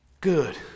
good